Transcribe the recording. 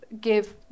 give